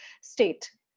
state